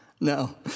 No